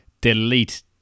delete